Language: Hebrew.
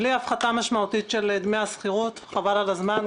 בלי הפחתה משמעותית של דמי השכירות חבל על הזמן,